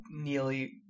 nearly